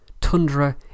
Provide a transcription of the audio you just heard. Tundra